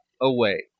away